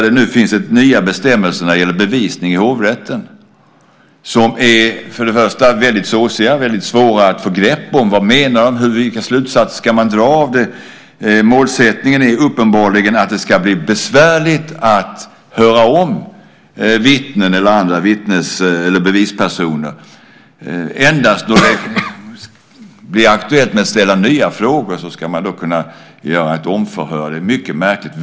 Det finns nu nya bestämmelser när det gäller bevisning i hovrätten som är väldigt såsiga och svåra och få grepp om. Vad menar de? Vilka slutsatser ska man dra av dem? Målsättningen är uppenbarligen att det ska bli besvärligt att höra om vittnen eller andra bevispersoner. Endast då det blir aktuellt att ställa nya frågor ska man kunna göra ett omförhör. Det är mycket märkligt.